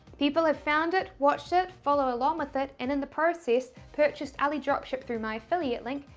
people have found it, watched it, followed along with it, and in the process purchased alidropship through my affiliate link,